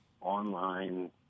online